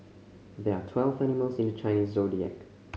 there are twelve animals in the Chinese Zodiac